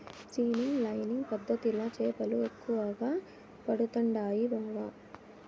seining lining పద్ధతిల చేపలు ఎక్కువగా పడుతండాయి బావ